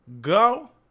go